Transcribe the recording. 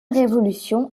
révolution